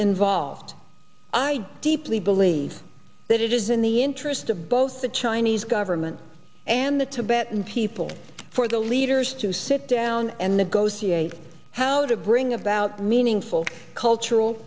involved i deeply believe that it is in the interest of both the chinese government and the tibetan people for the leaders to sit down and negotiate how to bring about meaningful cultural